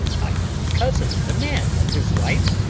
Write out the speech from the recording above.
i would cozen the man of his wife,